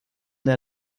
der